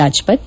Rajpath